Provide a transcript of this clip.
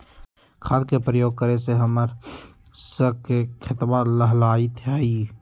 खाद के प्रयोग करे से हम्मर स के खेतवा लहलाईत हई